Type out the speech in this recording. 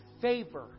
favor